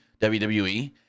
WWE